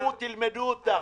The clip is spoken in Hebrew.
קחו, רק תלמדו אותה.